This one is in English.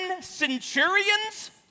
centurions